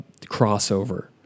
crossover